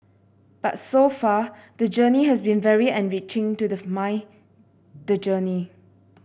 but so far the journey has been very enriching to the mind the journey